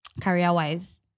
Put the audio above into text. Career-wise